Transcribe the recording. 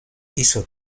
hizo